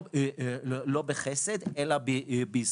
לא בחסד אלא בזכות.